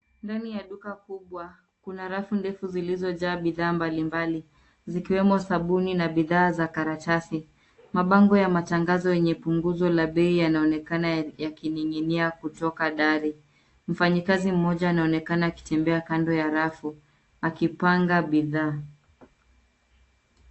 Ndani ya duka kubwa, kuna rafu ndefu zilizojaa bidhaa mbali mbali, zikiwemo sabuni na bidhaa za karatasi. Mabango ya matangazo yenye punguzo la bei yanaonekana yakining'inia kutoka dari. Mfanyikazi mmoja anaonekana akitembea kando ya rafu akipanga bidhaa.